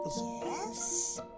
Yes